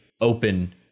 open